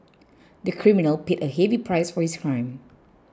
the criminal paid a heavy price for his crime